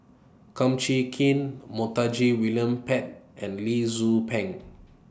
Kum Chee Kin Montague William Pett and Lee Tzu Pheng